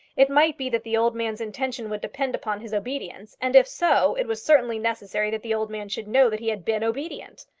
it might be that the old man's intention would depend upon his obedience, and if so, it was certainly necessary that the old man should know that he had been obedient.